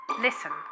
listen